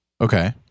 Okay